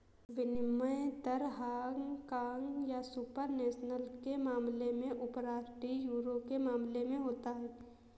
विनिमय दर हांगकांग या सुपर नेशनल के मामले में उपराष्ट्रीय यूरो के मामले में होता है